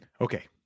Okay